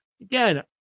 again